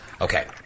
Okay